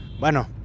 Bueno